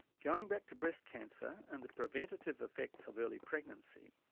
going back to breast cancer and the preventative effects of early pregnancy,